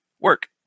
work